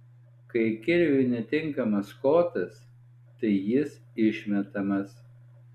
kai kirviui netinkamas kotas tai jis išmetamas